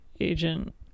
agent